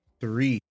three